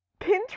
Pinterest